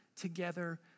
together